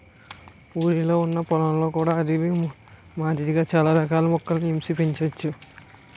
ఊరిలొ ఉన్న పొలంలో కూడా అడవి మాదిరిగా చాల రకాల మొక్కలని ఏసి పెంచోచ్చును